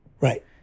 Right